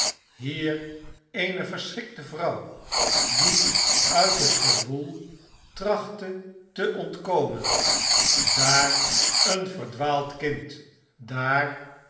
hier eene verschrikte vrouw die uit het gewoel trachtte te ontkomen daar een verdwaaid kind daar